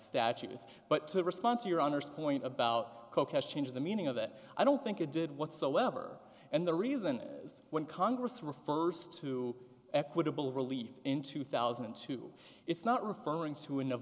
statute is but to respond to your honor's point about change the meaning of it i don't think it did whatsoever and the reason is when congress refers to equitable relief in two thousand and two it's not referring to in the